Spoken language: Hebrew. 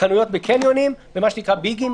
חנויות בקניונים ומה שנקרא ביגים,